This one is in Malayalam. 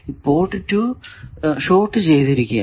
ഈ പോർട്ട് 2 ഷോർട് ചെയ്തിരിക്കുകയാണ്